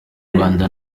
rwanda